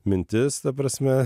mintis ta prasme